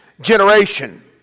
generation